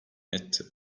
etti